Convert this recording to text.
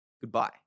goodbye